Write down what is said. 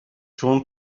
چون